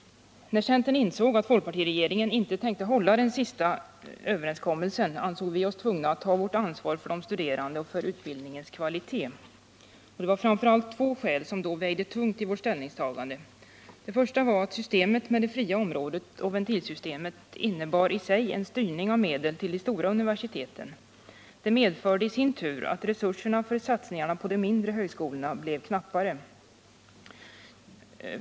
När centern insåg att folkpartiregeringen inte tänkte hålla den senaste överenskommelsen, ansåg vi oss tvungna att ta vårt ansvar för de studerande och för utbildningens kvalitet. Framför allt två skäl har vägt tungt i vårt ställningstagande. För det första innebar systemet med det fria området och ventilsystemet i sig en styrning av medel till de stora universiteten. Det medförde i sin tur att resurserna för satsningar på de mindre högskolorna blev knappare.